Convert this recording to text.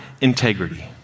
integrity